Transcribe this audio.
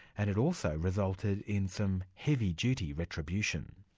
and it also resulted in some heavy duty retribution.